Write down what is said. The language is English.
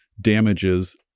damages